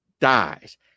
dies